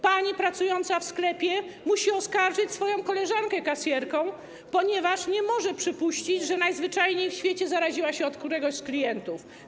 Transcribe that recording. Pani pracująca w sklepie musi oskarżyć swoją koleżankę kasjerkę, ponieważ nie może przypuścić, że najzwyczajniej w świecie zaraziła się od któregoś z klientów.